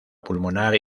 pulmonar